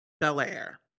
Bel-Air